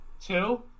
Two